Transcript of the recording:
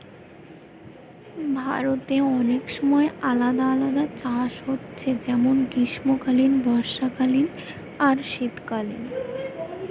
ভারতে অনেক সময় আলাদা আলাদা চাষ হচ্ছে যেমন গ্রীষ্মকালীন, বর্ষাকালীন আর শীতকালীন